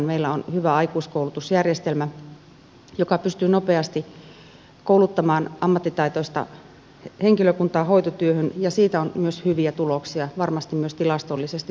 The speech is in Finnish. meillä on hyvä aikuiskoulutusjärjestelmä joka pystyy nopeasti kouluttamaan ammattitaitoista henkilökuntaa hoitotyöhön ja siitä on myös hyviä tuloksia varmasti myös tilastollisesti